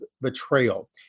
betrayal